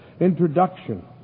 introduction